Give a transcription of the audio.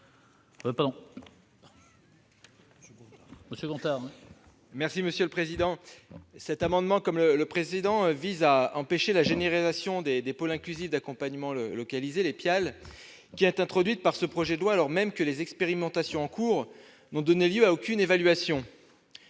l'amendement n° 132. Cet amendement, comme le précédent, vise à empêcher la généralisation des pôles inclusifs d'accompagnement localisés, les PIAL, introduite par ce projet de loi alors même que les expérimentations en cours n'ont donné lieu à aucune évaluation.